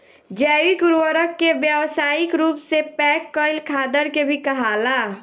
जैविक उर्वरक के व्यावसायिक रूप से पैक कईल खादर के भी कहाला